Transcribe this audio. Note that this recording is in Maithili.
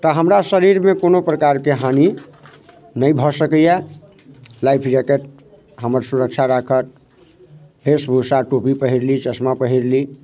तऽ हमरा शरीरमे कोनो प्रकारके हानि नहि भऽ सकैया लाइफ जैकेट हमर सुरक्षा राखत वेशभूषा टोपी पहरि ली चश्मा पहरि ली